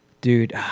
Dude